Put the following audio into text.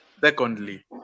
Secondly